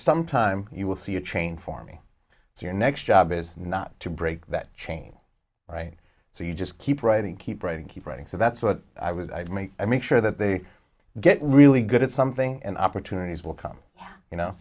some time you will see a change for me to your next job is not to break that chain right so you just keep writing keep writing keep writing so that's what i was i make i make sure that they get really good at something and opportunities will come you know